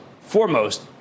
foremost